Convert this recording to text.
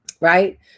right